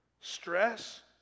Stress